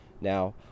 Now